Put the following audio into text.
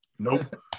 Nope